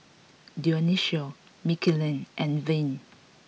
Dionicio Mckinley and Vern